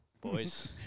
Boys